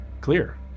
clear